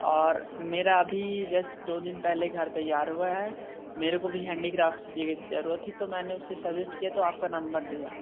और मेरा अभी जस्ट दो दिन पहले घर तैयार हुआ है मेरे को भी हैंडीक्राफ़्टस की ज़रूरत थी तो मैंने उसे सजेस्ट किया तो आपका नंबर दिया